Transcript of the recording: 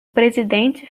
presidente